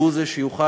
שהוא זה שיוכל,